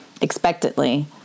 Expectantly